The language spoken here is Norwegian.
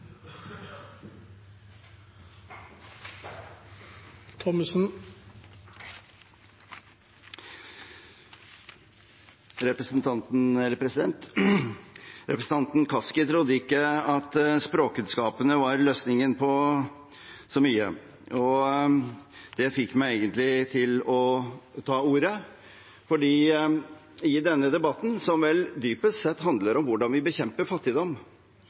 arbeidet. Representanten Kaski trodde ikke at språkkunnskapene var løsningen på så mye, og det var egentlig det som fikk meg til å ta ordet. Denne debatten handler vel dypest sett om hvordan vi bekjemper fattigdom,